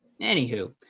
Anywho